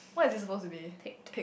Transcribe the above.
what is it supposed to be take